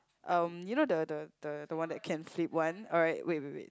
um you know the the the the one that can flip one alright wait wait wait